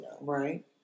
Right